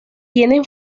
tienen